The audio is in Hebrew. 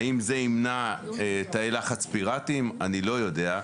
האם זה ימנע תאי לחץ פיראטיים אני לא יודע,